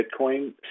Bitcoin